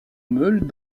meules